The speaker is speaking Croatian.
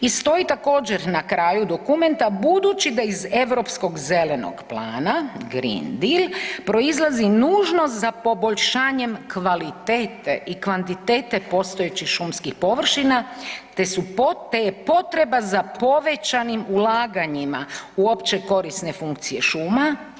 I stoji također na kraju dokumenta, budući da iz europskog zelenog plana Green deal proizlazi nužnost za poboljšanjem kvalitete i kvantitete postojećih šumskih površina, te je potreba za povećanim ulaganjima u opće korisne funkcije šuma.